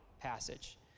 passage